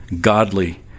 godly